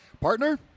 Partner